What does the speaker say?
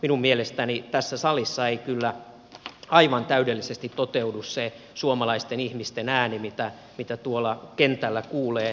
minun mielestäni tässä salissa ei kyllä aivan täydellisesti toteudu se suomalaisten ihmisten ääni mitä tuolla kentällä kuulee